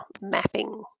mapping